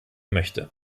möchte